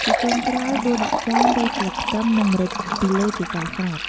ជាចុងក្រោយ ដួសដាក់ចានរោយស្លឹកខ្ទឹម និងម្រេចពីលើជាការស្រេច។